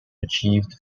achieved